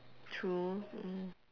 true mm